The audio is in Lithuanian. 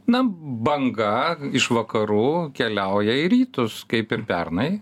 na banga iš vakarų keliauja į rytus kaip ir pernai